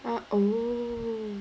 uh oh